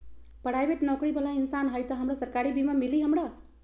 Private नौकरी बाला इंसान हई त हमरा सरकारी बीमा मिली हमरा?